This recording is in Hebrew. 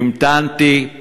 המתנתי,